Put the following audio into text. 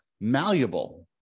malleable